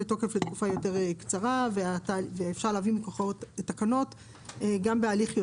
מכיוון שאנחנו מאוד-מאוד צמצמנו והתקנות הן רק